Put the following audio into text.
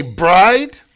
bride，